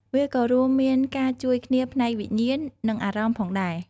វាក៏រួមមានការជួយគ្នាផ្នែកវិញ្ញាណ និងអារម្មណ៍ផងដែរ។